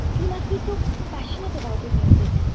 you must be so passionate about your music.